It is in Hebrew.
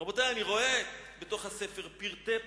רבותי, אני רואה בתוך הספר פרטי פרטים,